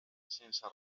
sense